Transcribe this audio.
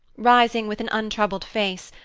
rising with an untroubled face,